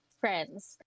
friends